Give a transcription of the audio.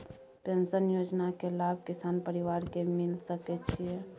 Pension योजना के लाभ किसान परिवार के मिल सके छिए?